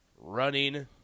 running